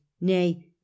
nay